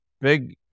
big